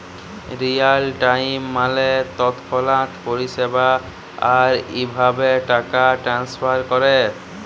Real time মালে তৎক্ষণাৎ পরিষেবা, আর ইভাবে টাকা টেনেসফার ক্যরে